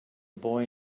boy